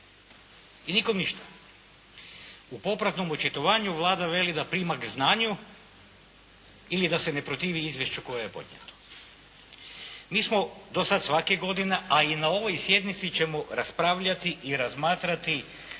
i nikom ništa. U popratnom očitovanju Vlada veli da prima k znanju ili da se ne protivi izvješću koje je podnijela. Mi smo dosad svake godine, a i na ovoj sjednici ćemo raspravljati i razmatrati